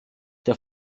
der